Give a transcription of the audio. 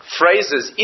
phrases